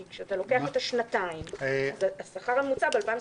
כי כשאתה לוקח את השנתיים אז השכר הממוצע ב-2021,